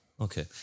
Okay